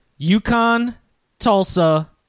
UConn-Tulsa